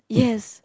yes